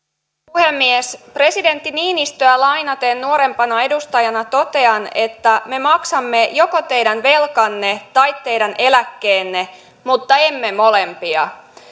puhemies presidentti niinistöä lainaten nuorempana edustajana totean että me maksamme joko teidän velkanne tai teidän eläkkeenne mutta emme molempia